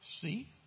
see